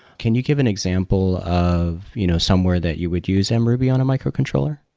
can you give an example of you know somewhere that you would use and mruby on a micro-controller?